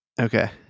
Okay